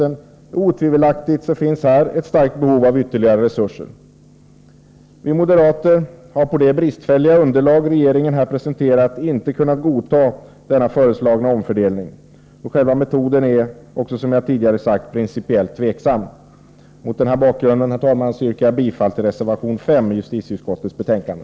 Det finns otvivelaktigt ett starkt behov av ytterligare resurser. Vi moderater har, på det bristfälliga underlag som regeringen här presenterat, inte kunnat godta den föreslagna omfördelningen. Själva metoden är också, som jag tidigare har sagt, principiellt tveksam. Mot denna bakgrund yrkar jag, herr talman, bifall till reservation 5 vid utskottets betänkande.